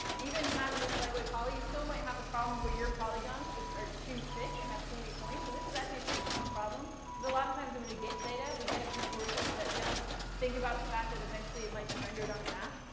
even having this lightweight poly, you still might have the problem where your polygons just are too thick, and have too many points, and this is actually a pretty common problem. because a lot of times, when we get data, we get it from sources that don't think about the fact that eventually it might be rendered on a map,